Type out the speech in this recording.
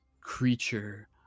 creature